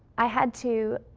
i had to